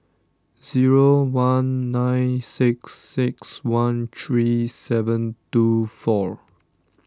zero one nine six six one three seven two four